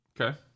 Okay